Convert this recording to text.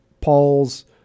Paul's